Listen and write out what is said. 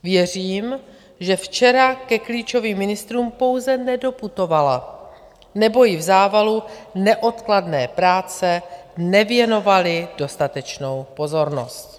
Věřím, že včera ke klíčovým ministrům pouze nedoputovala nebo ji v závalu neodkladné práce nevěnovali dostatečnou pozornost.